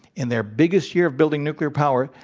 in their biggest year of building nuclear power,